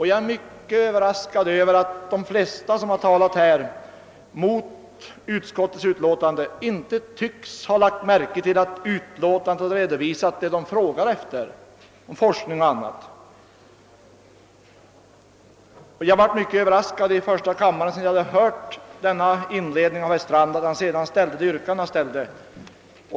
Jag är mycket överraskad över att de flesta som talat mot utskottets utlåtande inte tycks ha lagt märke till att utlåtandet har redovisat vad de frågar efter — forskning och annat. Jag blev också mycket överraskad, när jag hört denna inledning av herr Strand i första kammaren, av att han sedan ställde det yrkande han ställde.